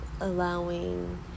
allowing